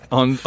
on